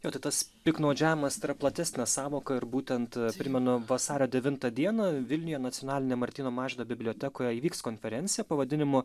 jo tai tas piktnaudžiavimas tai yra platesnė sąvoka ir būtent primenu vasario devintą dieną vilniuje nacionalinė martyno mažvydo bibliotekoje įvyks konferencija pavadinimu